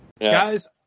guys